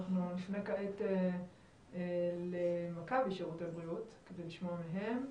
אנחנו נפנה כעת למכבי שירותי בריאות כדי לשמוע מהם.